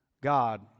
God